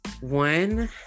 one